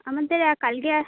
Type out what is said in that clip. আমাদের কালকে